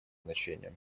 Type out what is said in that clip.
значение